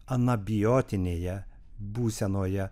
anabiotinėje būsenoje